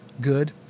good